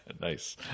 Nice